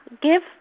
give